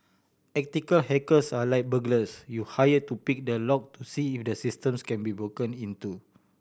ethical hackers are like burglars you hire to pick the lock to see if the systems can be broken into